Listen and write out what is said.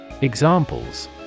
Examples